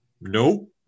No